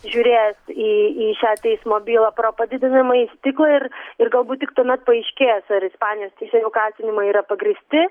žiūrės į į šią teismo bylą pro padidinamąjį stiklą ir ir galbūt tik tuomet paaiškės ar ispanijos teisėjų kaltinimai yra pagrįsti